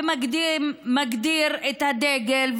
ומגדיר את הדגל,